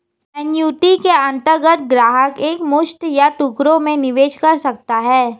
annuity के अंतर्गत ग्राहक एक मुश्त या टुकड़ों में निवेश कर सकता है